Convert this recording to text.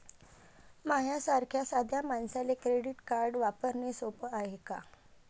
माह्या सारख्या साध्या मानसाले क्रेडिट कार्ड वापरने सोपं हाय का?